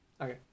okay